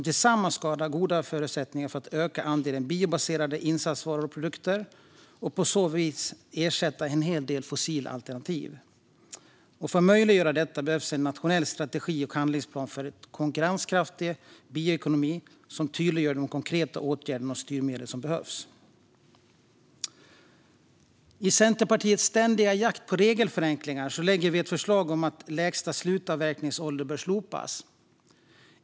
Tillsammans skapar detta goda förutsättningar för att öka andelen biobaserade insatsvaror och produkter och på så vis ersätta en hel del fossila alternativ. För att möjliggöra detta behövs en nationell strategi och handlingsplan för en konkurrenskraftig bioekonomi som tydliggör de konkreta åtgärder och styrmedel som behövs. I vår ständiga jakt på regelförenklingar lägger vi i Centerpartiet fram ett förslag om att lägsta slutavverkningsålder bör slopas.